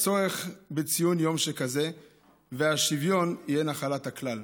צורך בציון יום שכזה ושהשוויון יהיה נחלת הכלל.